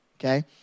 okay